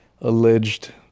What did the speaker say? alleged